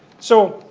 so,